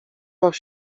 baw